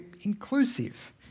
inclusive